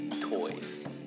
Toys